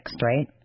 right